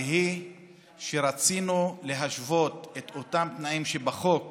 והיא שרצינו להשוות את התנאים שבחוק